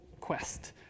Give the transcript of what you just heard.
quest